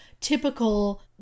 typical